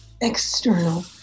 external